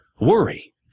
Worry